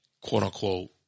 quote-unquote